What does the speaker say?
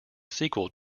sequel